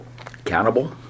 Accountable